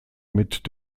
mit